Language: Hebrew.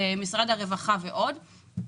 משרד הרווחה ועוד.